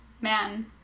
Man